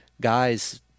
guys